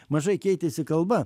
mažai keitėsi kalba